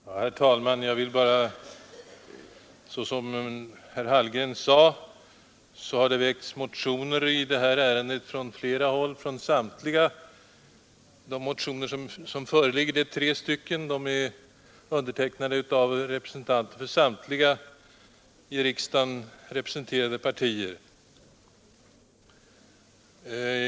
Herr talman! Såsom herr Hallgren sade har det väckts motioner i det här ärendet från flera håll. De tre motioner som föreligger är undertecknade av representanter för samtliga i riksdagen företrädda partier.